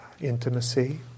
intimacy